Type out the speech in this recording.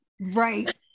Right